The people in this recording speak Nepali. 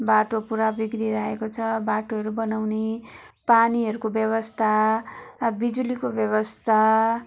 बाटो पुरा बिग्रिरहेको छ बाटोहरू बनाउने पानीहरूको व्यवस्था बिजुलीको व्यवस्था